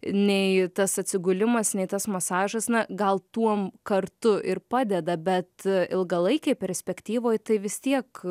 nei tas atsigulimas nei tas masažas na gal tuom kartu ir padeda bet ilgalaikėj perspektyvoj tai vis tiek